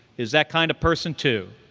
is that kind of person, too.